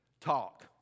Talk